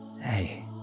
Hey